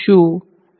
વિદ્યાર્થી નિરીક્ષક